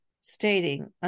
stating